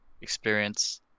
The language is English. experience